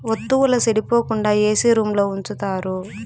వత్తువుల సెడిపోకుండా ఏసీ రూంలో ఉంచుతారు